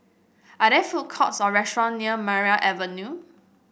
are there food courts or restaurants near Maria Avenue